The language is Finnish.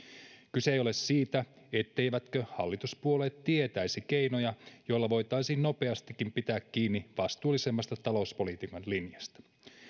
kyse ei ole siitä etteivätkö hallituspuolueet tietäisi keinoja joilla voitaisiin nopeastikin pitää kiinni vastuullisemmasta talouspolitiikan linjasta